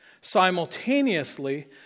Simultaneously